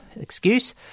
excuse